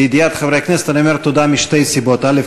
לידיעת חברי הכנסת, אני אומר תודה משתי סיבות: א.